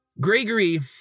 Gregory